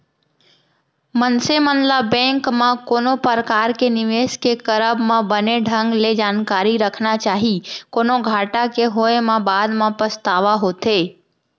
मनसे मन ल बेंक म कोनो परकार के निवेस के करब म बने ढंग ले जानकारी रखना चाही, कोनो घाटा के होय म बाद म पछतावा होथे